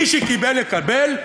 מי שקיבל יקבל,